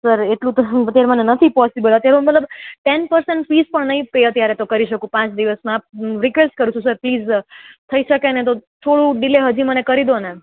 sir એટલું તો અત્યારે નથી પોસિબલ અત્યારે મતલબ ટેન પસેન્ટ ફીસ પણ અત્યારે નહીં કરી શકું પાંચ દિવસમાં રિક્વેસ્ટ કરું છું સર પ્લીઝ થઈ શકે તો થોડું ડીલે હજી મને કરી દો ને